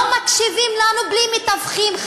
לא מקשיבים לנו בלי שמתווכחים.